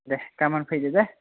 दे गाबोन फैदो दे